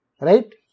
Right